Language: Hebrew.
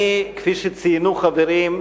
אני, כפי שציינו חברים,